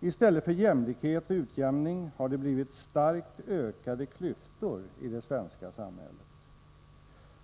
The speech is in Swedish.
I stället för jämlikhet och utjämning har det blivit starkt ökade klyftor i det svenska samhället.